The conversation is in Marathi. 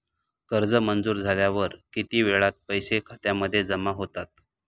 कर्ज मंजूर झाल्यावर किती वेळात पैसे खात्यामध्ये जमा होतात?